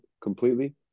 completely